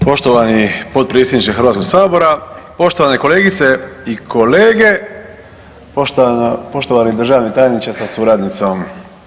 Poštovani potpredsjedniče Hrvatskoga sabora, poštovane kolegice i kolege, poštovani državni tajniče sa suradnicom.